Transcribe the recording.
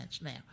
now